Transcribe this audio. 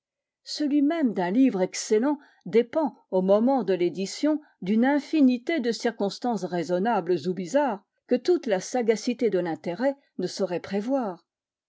celui même d'un livre excellent dépend au moment de l'édition d'une infinité de circonstances raisonnables ou bizarres que toute la sagacité de l'intérêt ne saurait prévoir